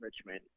Richmond